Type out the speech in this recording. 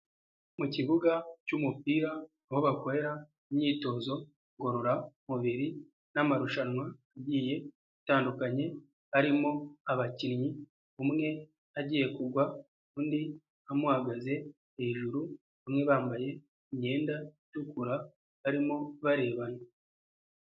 Mu kibuga cy'umupira aho bakorera imyitozo ngororamubiri n'amarushanwa agiye atandukanye, harimo abakinnyi, umwe agiye kugwa, undi amuhagaze hejuru, bamwe bambaye imyenda itukura barimo barebana.